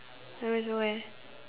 that was where